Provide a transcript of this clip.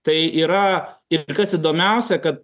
tai yra ir kas įdomiausia kad